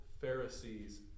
Pharisee's